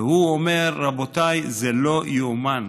והוא אומר: רבותיי, זה לא יאומן,